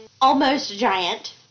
almost-giant